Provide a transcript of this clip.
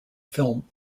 film